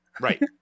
right